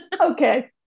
Okay